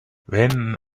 when